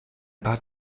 paar